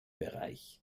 bereich